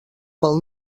pel